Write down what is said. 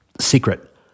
secret